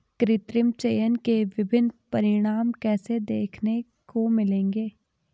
कृत्रिम चयन के विभिन्न परिणाम कैसे देखने को मिलेंगे?